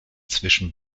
zwischen